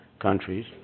countries